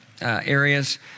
areas